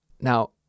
Now